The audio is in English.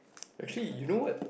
actually you know what